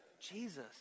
Jesus